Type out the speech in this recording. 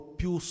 più